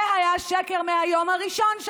זה היה שקר מהיום הראשון,